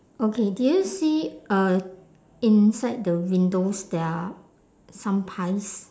okay do you see uh inside the windows there are some pies